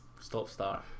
Stop-start